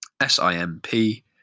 S-I-M-P